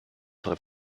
das